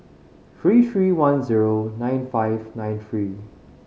three three one zero nine five nine three